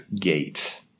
gate